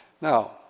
Now